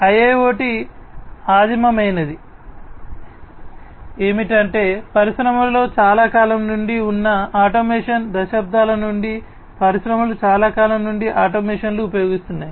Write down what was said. IIoT ఆదిమమైనది ఏమిటంటే పరిశ్రమలో చాలా కాలం నుండి ఉన్న ఆటోమేషన్ దశాబ్దాల నుండి పరిశ్రమలు చాలా కాలం నుండి ఆటోమేషన్ను ఉపయోగిస్తున్నాయి